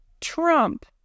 Trump